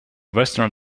western